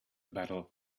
battle